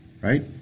Right